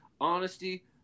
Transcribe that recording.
honesty